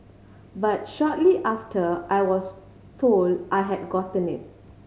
but shortly after I was told I had gotten it